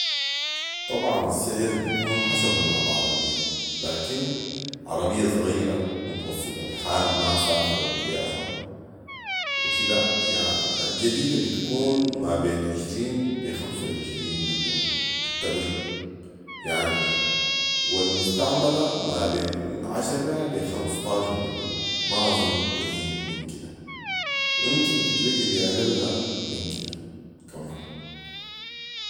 طبعا السعر بيكون حسب نوع العربيه لكن عربيه صغيره متوسطه حال ما فاخره وقيافه و كده الجديده بتكون ما بين عشرين لي خمس وعشرين مليون بالتقريب يعني والمستعمله مابين عشره لي خمسطاشر مليون ما اظنها تزيد من كده وامكن تتلقي بي اقل من كده كمان